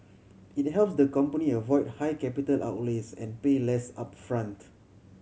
it helps the company avoid high capital outlays and pay less upfront